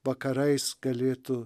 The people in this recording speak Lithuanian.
vakarais galėtų